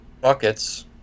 buckets